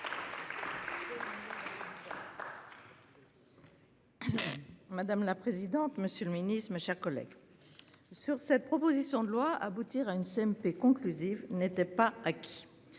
Madame la présidente. Monsieur le Ministre, mes chers collègues. Sur cette proposition de loi aboutir à une CMP conclusive n'était pas acquis.